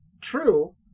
true